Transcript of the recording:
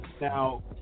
Now